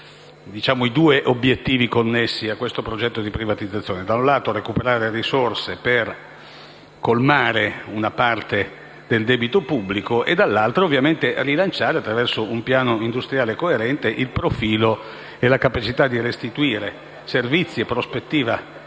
i due obiettivi connessi al progetto di privatizzazione: da un lato, l'obiettivo di recuperare risorse per colmare una parte del debito pubblico e, dall'altra, quello di rilanciare, attraverso un piano industriale coerente, il profilo e la capacità di restituire servizi e prospettive economiche